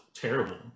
terrible